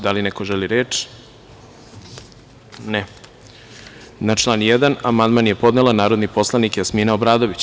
Da li neko želi reč? (Ne) Na član 1. amandman je podnela narodni poslanik Jasmina Obradović.